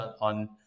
on